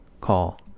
call